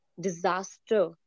disaster